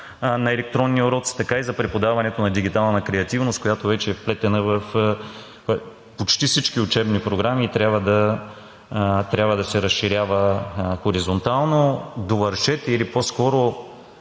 на електронни уроци, така и за преподаването на дигитална креативност, която вече е вплетена в почти всички учебни програми и трябва да се разширява хоризонтално. Довършете или по-скоро